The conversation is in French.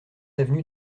avenue